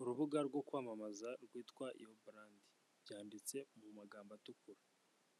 Urubuga rwo kwamamaza rwitwa yobolandi byanditse mu magambo atukura